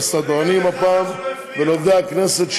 לסדרנים ולעובדי הכנסת,